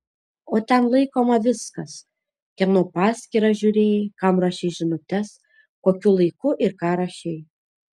o ten laikoma viskas kieno paskyrą žiūrėjai kam rašei žinutes kokiu laiku ir ką rašei